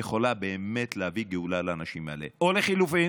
יכולים באמת להביא גאולה לאנשים האלה, או לחלופין,